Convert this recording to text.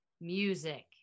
music